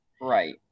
Right